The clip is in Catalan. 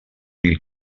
mil